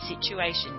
situation